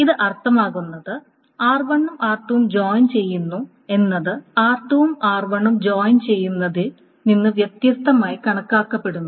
ഇത് അർത്ഥമാക്കുന്നത് എന്നത് ൽ നിന്ന് വ്യത്യസ്തമായി കണക്കാക്കപ്പെടുന്നു